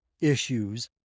issues